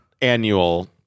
annual